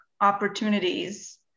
opportunities